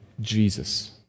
Jesus